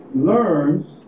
learns